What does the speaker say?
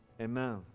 Amen